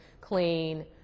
clean